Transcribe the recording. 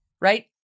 right